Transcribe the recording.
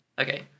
okay